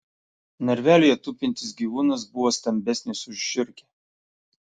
narvelyje tupintis gyvūnas buvo stambesnis už žiurkę